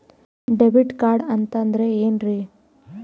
Debit card ಅಂತಂದ್ರೆ ಏನ್ರೀ?